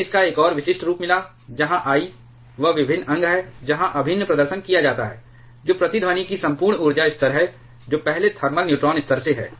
हमें इसका एक और विशिष्ट रूप मिला जहां I वह अभिन्न अंग है जहां अभिन्न प्रदर्शन किया जाता है जो प्रतिध्वनि की संपूर्ण ऊर्जा स्तर है जो पहले थर्मल न्यूट्रॉन स्तर से है